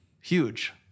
Huge